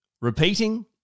Repeating